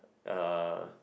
uh